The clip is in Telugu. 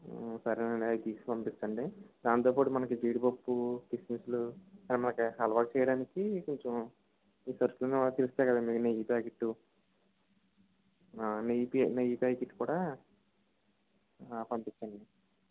సరేనండి అయి తీసిపంపించండి దాంతోపాటు మనకి జీడిపప్పు కిస్మిస్లు మనకి హల్వా చేయడానికి కొంచెం మీరు తెలుస్తాయి కదండీ నెయ్యి ప్యాకెటు నెయ్యి పి నెయ్యి ప్యాకెట్ కూడా పంపించండి